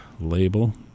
label